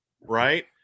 Right